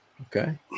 Okay